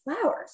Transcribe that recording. flowers